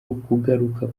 ukugaruka